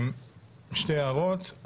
שתי הערות.